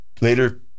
Later